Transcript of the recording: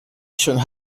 should